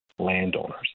landowners